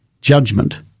judgment